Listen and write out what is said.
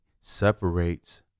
separates